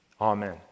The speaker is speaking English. Amen